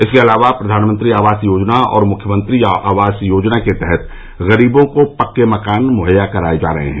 इसके अलावा प्रघानमंत्री आवास योजना और मुख्यमंत्री आवास योजना के तहत गरीबों को पक्के मकान मुहैया कराये जा रहे हैं